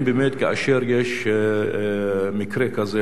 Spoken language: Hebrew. האם באמת כאשר יש מקרה כזה,